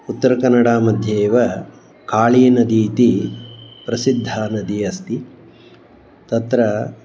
उत्तरकन्नडामध्ये एव काळीनदी इति प्रसिद्धा नदी अस्ति तत्र